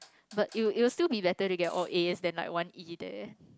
but it it will still be better to get all As then one E there